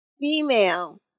female